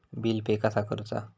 Bill pay कसा करुचा?